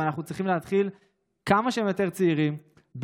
אבל אנחנו צריכים להתחיל כמה שהם יותר צעירים במתקנים,